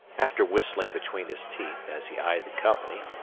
after whistling between his teeth, as he eyed the company,